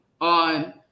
on